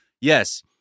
yes